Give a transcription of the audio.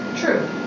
True